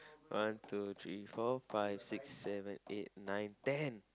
one two three four five six seven eight nine ten